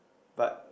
but